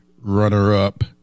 runner-up